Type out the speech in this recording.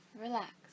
relax